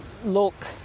look